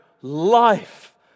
life